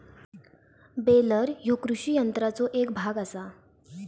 baler ह्यो कृषी यंत्राचो एक भाग आसा